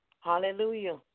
Hallelujah